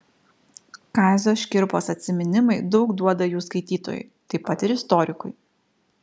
kazio škirpos atsiminimai daug duoda jų skaitytojui taip pat ir istorikui